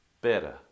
better